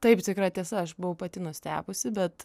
taip tikra tiesa aš buvau pati nustebusi bet